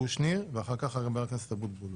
קושניר ואחר-כך חבר הכנסת אבוטבול.